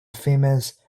famous